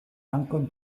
dankon